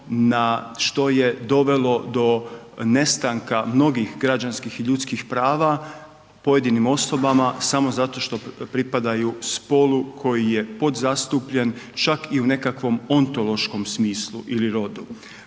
što je dovelo do nestanka mnogih građanskih i ljudskih prava pojedinim osobama samo zato što pripadaju spolu koji je podzastupljen, čak i u nekakvom ontološkom smislu ili rodu.